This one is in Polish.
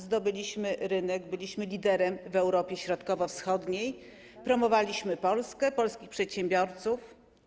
Zdobyliśmy rynek, byliśmy liderem w Europie Środkowo-Wschodniej, promowaliśmy Polskę, polskich przedsiębiorców.